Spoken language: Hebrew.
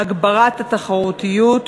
(הגברת התחרותיות),